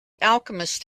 alchemist